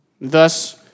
Thus